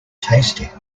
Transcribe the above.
tasty